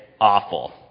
awful